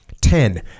Ten